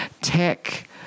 tech